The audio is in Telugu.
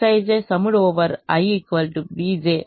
Xij bj గా మారుతాయి